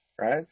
Right